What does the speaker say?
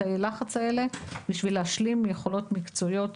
בתאי הלחץ האלה בשביל להשלים יכולות מקצועיות